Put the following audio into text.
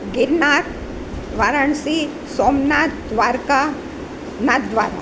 Girnar Varanasi Somnath Dwarka Nathdwara